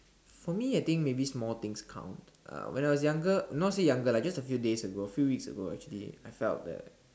for me I think maybe small things count uh when I was younger not say younger lah just a few days ago few weeks ago actually I felt that